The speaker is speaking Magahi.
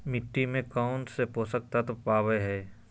मिट्टी में कौन से पोषक तत्व पावय हैय?